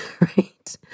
right